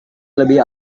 lebih